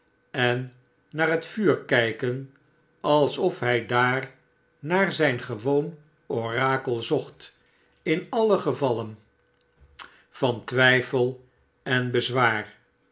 en naar het vuuf kijken alsof hij daar naar zijn gewoon orakel zocht in alle gevallen van twijfel en bezwaar